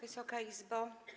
Wysoka Izbo!